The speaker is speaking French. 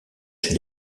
chez